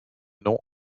nom